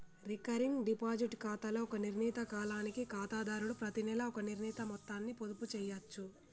recurring deposit ఖాతాలో ఒక నిర్ణీత కాలానికి ఖాతాదారుడు ప్రతినెలా ఒక నిర్ణీత మొత్తాన్ని పొదుపు చేయచ్చు